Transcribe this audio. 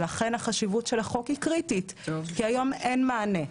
לכן החשיבות של החוק היא קריטית כי היום אין מענה.